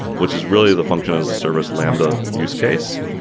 which is really the function as a service lambda use case.